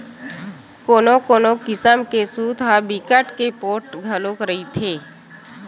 कोनो कोनो किसम के सूत ह बिकट के पोठ घलो रहिथे